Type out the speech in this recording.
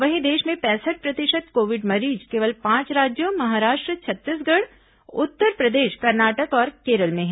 वहीं देश में पैंसठ प्रतिशत कोविड मरीज केवल पांच राज्यों महाराष्ट्र छत्तीसगढ़ उत्तर प्रदेश कर्नाटक और केरल में हैं